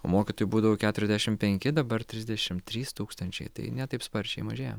o mokytojų būdavo keturiasdešim penki dabar trisdešim trys tūkstančiai tai ne taip sparčiai mažėja